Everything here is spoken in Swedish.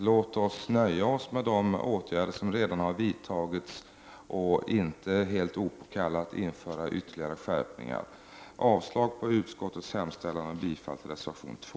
Låt oss nöja oss med de åtgärder som redan har vidtagits och inte helt opåkallat införa ytterligare skärpningar. Jag yrkar avslag på utskottets hemställan och bifall till reservation 2.